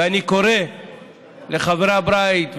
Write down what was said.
ואני קורא לחברי הבית,